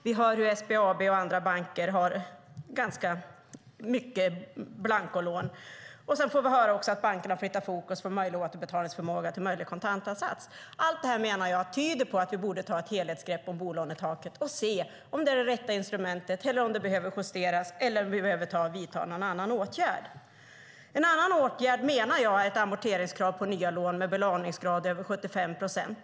Vi hör att SBAB och andra banker har ganska mycket blancolån. Sedan får vi höra att bankerna flyttar fokus från möjlig återbetalningsförmåga till möjlig kontantinsats. Allt det här menar jag tyder på att vi borde ta ett helhetsgrepp om bolånetaket och se om det är det rätta instrumentet eller om det behöver justeras eller om vi behöver vidta någon annan åtgärd. En annan åtgärd menar jag är ett amorteringskrav på nya lån när det är en belåningsgrad över 75 procent.